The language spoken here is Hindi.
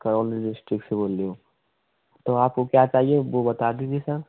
करौली डिस्ट्रिक्ट से बोल ले हो तो आप को क्या चाहिए वो बता दीजिए सर